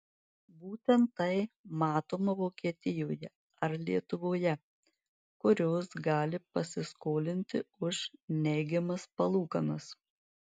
būtent tai matoma vokietijoje ar lietuvoje kurios gali pasiskolinti už neigiamas palūkanas